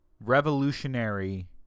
revolutionary